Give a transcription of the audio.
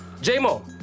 J-Mo